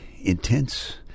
intense